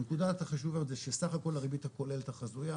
הנקודה החשובה זה שסך הכל הריבית הכוללת החזויה,